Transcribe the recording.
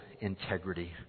integrity